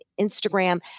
Instagram